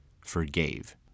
forgave